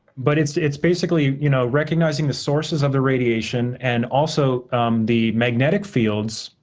but, it's it's basically you know recognizing the sources of the radiation and also the magnetic fields.